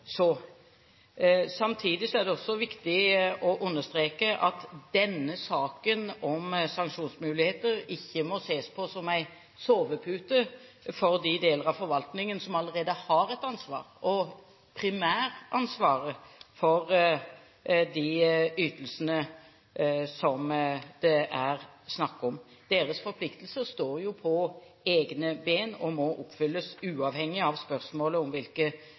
Samtidig er det også viktig å understreke at saken om sanksjonsmuligheter ikke må ses på som en sovepute for de deler av forvaltningen som allerede har primæransvaret for de ytelsene det er snakk om. Deres forpliktelser står på egne ben og må oppfylles – uavhengig av spørsmålet om hvilke